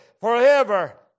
forever